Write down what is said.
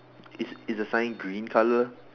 is is the sign green colour